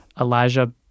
Elijah